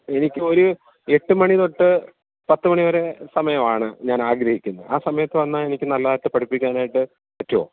എനിക്കൊരു എട്ടു മണി തൊട്ട് പത്തു മണി വരെ സമയാമാണ് ഞാൻ ആഗ്രഹിക്കുന്നത് ആ സമയത്ത് വന്നാല് എനിക്കു നല്ലതായിട്ട് പഠിപ്പിക്കാനായിട്ടു പറ്റുമോ